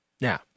Now